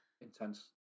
Intense